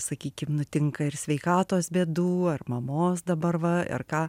sakykim nutinka ir sveikatos bėdų ar mamos dabar va ar ką